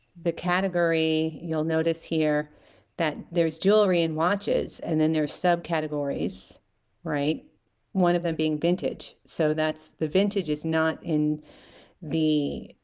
the category you'll notice here that there's jewelry and watches and then there's sub-categories right one of them being vintage so that's the vintage is not in the